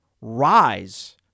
rise